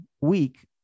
week